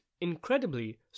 incredibly